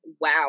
wow